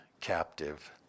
captive